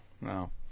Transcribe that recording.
No